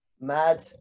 Mad